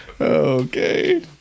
Okay